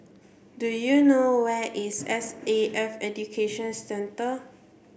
do you know where is S A F Education Centre